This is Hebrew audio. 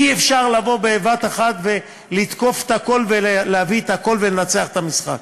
אי-אפשר בבת אחת לתקוף את הכול ולהביא את הכול ולנצח במשחק.